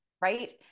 right